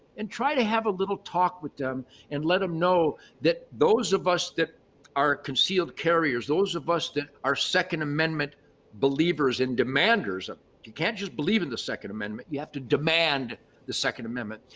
and try to have a little talk with them and let them know that those of us that are concealed carriers, those of us that are second amendment believers and demanders of it, you can't just believe in the second amendment, you have to demand the second amendment.